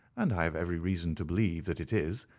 and i have every reason to believe that it is,